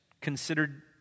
considered